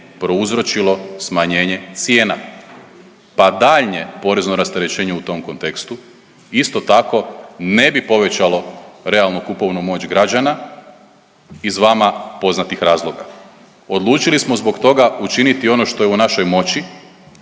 prouzročilo smanjenje cijena, pa daljnje porezno rasterećenje u tom kontekstu isto tako ne bi povećalo realnu kupovnu moć građana iz vama poznatih razloga. Odlučili smo zbog toga učiniti ono što je u našoj moći,